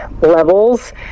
levels